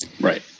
Right